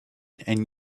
and